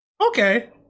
Okay